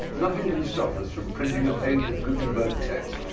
nothing can stop us from printing a page of gutenberg text.